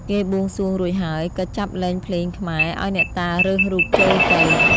គេបូងសួងរួចហើយ ក៏ចាប់លេងភ្លេងខ្មែរ ឲ្យអ្នកតារើសរូបចូលទៅ ។